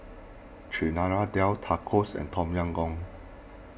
Chana Dal Tacos and Tom Yam Goong